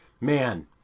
Man